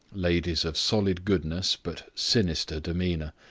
ladies of solid goodness, but sinister demeanour.